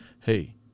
Hey